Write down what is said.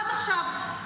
עד עכשיו,